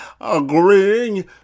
agreeing